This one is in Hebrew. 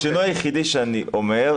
השינוי היחיד שאני רוצה,